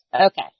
Okay